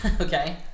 Okay